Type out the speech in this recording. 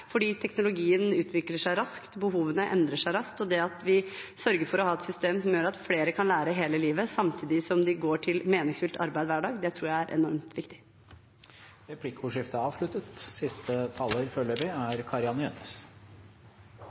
Teknologien utvikler seg raskt, og behovene endrer seg raskt, og det at vi sørger for å ha et system som gjør at flere kan lære hele livet samtidig som de går til meningsfylt arbeid hver dag, tror jeg er enormt viktig. Replikkordskiftet er avsluttet.